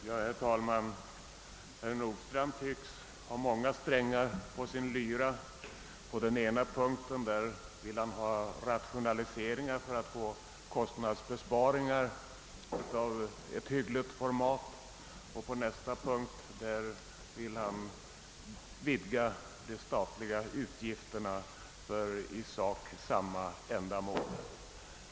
Herr talman! Herr Nordstrandh tycks ha många strängar på sin lyra: på den ena punkten vill han genomföra rationaliseringar för att åstadkomma kostnadsbesparingar av hyggligt format och på nästa punkt vill han öka de statliga utgifterna för i sak samma ändamål.